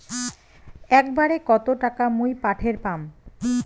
একবারে কত টাকা মুই পাঠের পাম?